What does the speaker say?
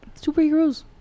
Superheroes